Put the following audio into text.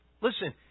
Listen